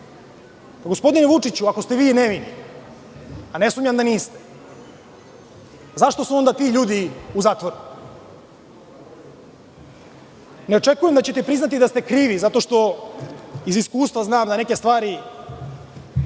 najavljivali? Gospodine Vučiću, ako ste vi nevini, a ne sumnjam da niste, zašto su onda ti ljudi u zatvoru? Ne očekujem da ćete priznati da ste krivi, zato što iz iskustva znam da neke stvari